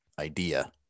idea